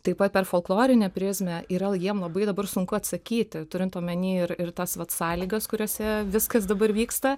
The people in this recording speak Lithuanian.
taip pat per folklorinę prizmę yra la jiem labai dabar sunku atsakyti turint omeny ir ir tas vat sąlygas kuriose viskas dabar vyksta